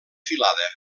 filada